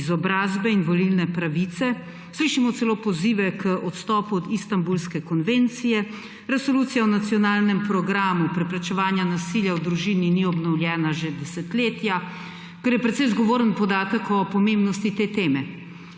izobrazbe in volilne pravice, slišimo celo pozive k odstopu od istanbulske konvencije. Resolucija o nacionalnem programu preprečevanja nasilja v družini ni obnovljena že desetletja, kar je precej zgovoren podatek o pomembnosti te teme.